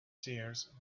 seers